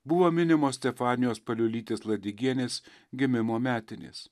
buvo minimos stefanijos paliulytės ladigienės gimimo metinės